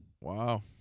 Wow